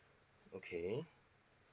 okay